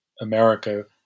America